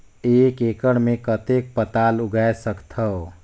एक एकड़ मे कतेक पताल उगाय सकथव?